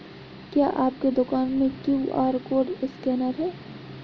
क्या आपके दुकान में क्यू.आर कोड स्कैनर है?